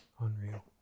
Unreal